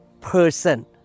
person